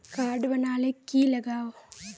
Card बना ले की लगाव?